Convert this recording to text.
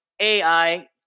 AI